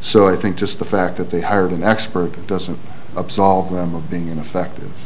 so i think just the fact that they hired an expert doesn't absolve them of being ineffective